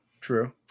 true